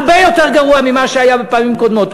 הרבה יותר גרוע ממה שהיה בפעמים קודמות.